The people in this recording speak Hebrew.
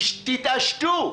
תתעשתו.